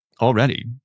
already